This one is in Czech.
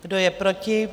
Kdo je proti?